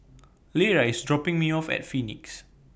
Lera IS dropping Me off At Phoenix